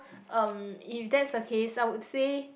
um if that's the case I would say